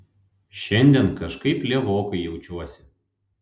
šiandien kažkaip lievokai jaučiuosi